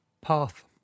path